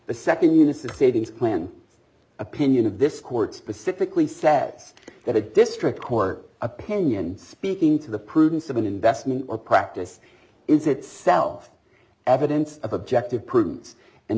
the second is the savings plan opinion of this court specifically said that a district court opinion speaking to the prudence of an investment or practice is itself evidence of objective